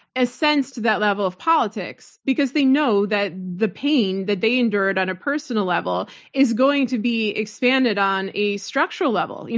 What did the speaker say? ascends to that level of politics because they know that the pain that they endured on a personal level is going to be expanded on a structural level.